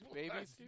babies